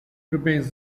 remains